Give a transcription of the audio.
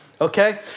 okay